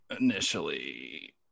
initially